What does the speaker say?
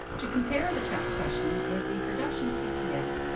to compare the test questions with the production cps.